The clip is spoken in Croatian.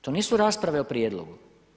To nisu rasprave o prijedlogu.